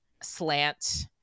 slant